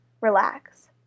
Relax